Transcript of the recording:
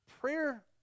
Prayer